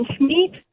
meat